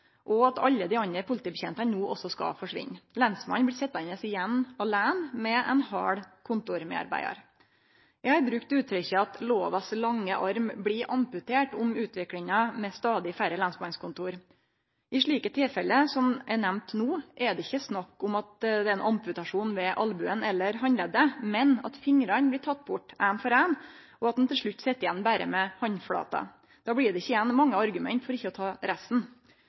og at alle dei andre politibetjentane no også skal forsvinne. Lensmannen blir sitjande igjen åleine med ein halv kontormedarbeidar. Eg har brukt uttrykket at lovens lange arm blir amputert med utviklinga med stadig færre lensmannskontor. I slike tilfelle som er nemnt no, er det ikkje snakk om ein amputasjon ved olbogen eller handleddet, men at fingrane blir tekne bort ein for ein, og at ein til slutt sit igjen berre med handflata. Då blir det ikkje igjen mange argument for ikkje å ta resten.